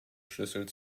schlüssel